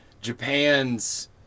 Japan's